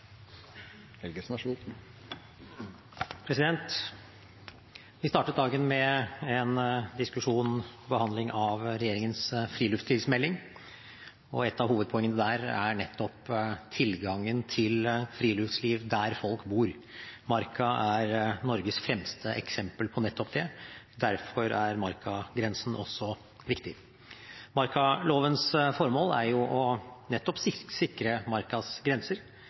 Vi startet dagen med en diskusjon om og behandling av regjeringens friluftslivsmelding, og et av hovedpoengene der er nettopp tilgangen til friluftsliv der folk bor. Marka er Norges fremste eksempel på nettopp det. Derfor er markagrensen også viktig. Markalovens formål er nettopp å